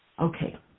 Okay